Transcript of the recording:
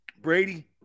Brady